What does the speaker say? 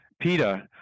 Peter